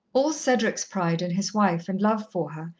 all cedric's pride in' his wife and love for her,